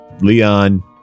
Leon